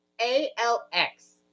A-L-X